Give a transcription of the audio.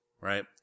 right